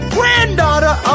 granddaughter